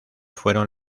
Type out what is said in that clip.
fueron